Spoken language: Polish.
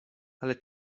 ale